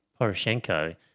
Poroshenko